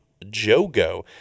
Jogo